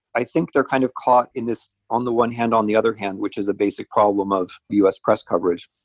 i think they're kind of caught in this, on the one hand, on the other hand, which is a basic problem of the us press coverage,